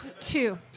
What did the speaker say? Two